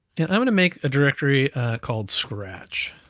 and i'm gonna make a directory called scratch,